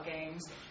games